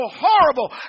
horrible